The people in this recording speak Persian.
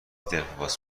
دلواپس